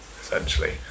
essentially